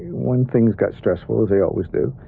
when things got stressful, as they always do,